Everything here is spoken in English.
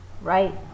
Right